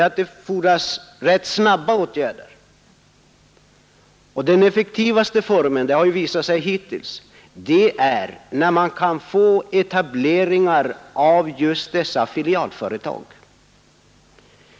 Nu fordras det snabba åtgärder för att skapa ny sysselsättning i inre stödområdet. Den effektivaste formen härför är etableringar av filialföretag.